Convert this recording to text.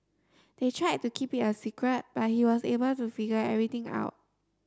they tried to keep it a secret but he was able to figure everything out